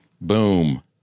Boom